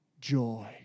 joy